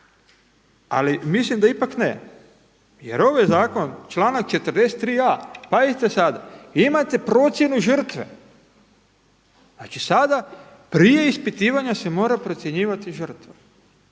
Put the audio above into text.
ali mislim da ipak ne jer ovo je zakon, članak 43.a, pazite sada, imate procjenu žrtve, znači sada prije ispitivanja se mora procjenjivati žrtva.